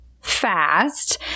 fast